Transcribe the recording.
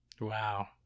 Wow